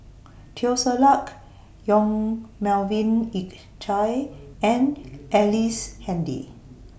Teo Ser Luck Yong Melvin Yik Chye and Ellice Handy